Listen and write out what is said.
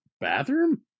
bathroom